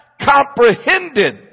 comprehended